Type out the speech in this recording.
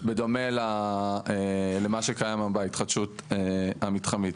בדומה למה שקיים היום בהתחדשות המתחמית.